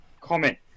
comment